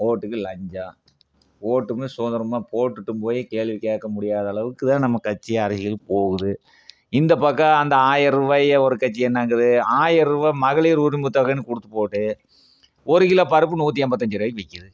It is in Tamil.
ஓட்டுக்கு லஞ்சம் ஓட்டுக்கும் சுதந்திரமா போட்டுட்டும் போய் கேள்வி கேட்க முடியாத அளவுக்கு தான் நம்ம கட்சி அரசியல் போவுது இந்த பக்கம் அந்த ஆயர ரூபாயை ஒரு கட்சி என்னங்குது ஆயர ரூபா மகளிர் உரிமை தொகைன்னு கொடுத்து போட்டு ஒரு கிலோ பருப்பு நூற்றி எண்பத்தி அஞ்சு ரூபாய்க்கு விற்கிது